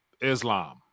Islam